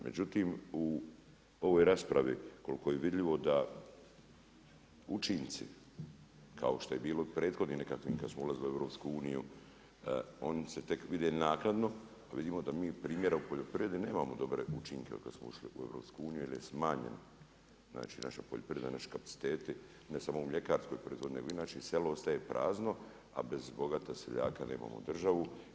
Međutim, u ovoj raspravi koliko je vidljivo da učinci, kao što je bilo u prethodnim nekakvim kada smo ulazili u EU, onda se tek vidi naknado, vidimo da mi primjera u poljoprivredi nemamo dobre učinke od kada smo ušli u EU, jer je smanjen naši poljoprivredni, naši kapaciteti, ne samo u mljekarskoj proizvodnji, nego inače i selo ostaje prazno, a bez bogatih seljaka nemamo državu.